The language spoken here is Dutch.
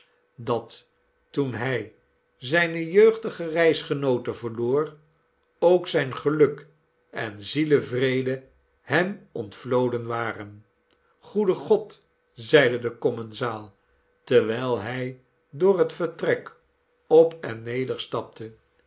dat toen hij zijne jeugdige reisgenoote verloor ook zijn geluk en zielevrede hem ontvloden waren goede god zeide de commensaal terwijl hij door het vertrek op en neder